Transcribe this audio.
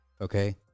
Okay